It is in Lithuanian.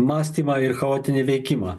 mąstymą ir chaotinį veikimą